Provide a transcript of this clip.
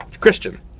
Christian